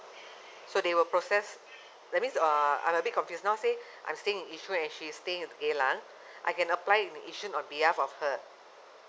so they will process that means uh I'm a bit confused now say I'm staying in yishun and she's staying in geylang I can apply in yishun on behalf of her